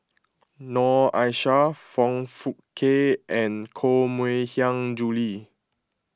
Noor Aishah Foong Fook Kay and Koh Mui Hiang Julie